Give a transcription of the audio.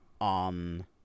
on